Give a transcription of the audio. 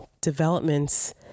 developments